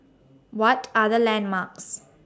What Are The landmarks